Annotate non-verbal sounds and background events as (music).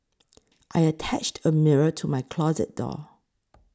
(noise) I attached a mirror to my closet door